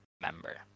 member